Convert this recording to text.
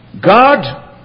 God